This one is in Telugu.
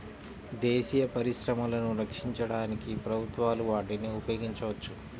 దేశీయ పరిశ్రమలను రక్షించడానికి ప్రభుత్వాలు వాటిని ఉపయోగించవచ్చు